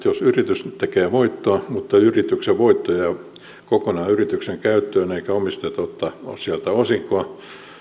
jos yritys tekee voittoa mutta yrityksen voitto jää kokonaan yritykseen käyttöön eivätkä omistajat ota sieltä osinkoa